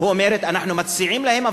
והיא אומרת: אנחנו מציעים להם,